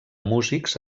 músics